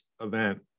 event